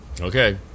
Okay